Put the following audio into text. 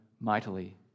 mightily